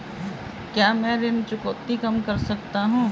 क्या मैं ऋण चुकौती कम कर सकता हूँ?